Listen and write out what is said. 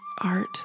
art